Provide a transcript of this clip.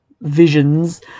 visions